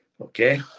Okay